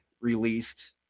released